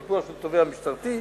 לטיפולו של תובע משטרתי,